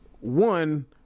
One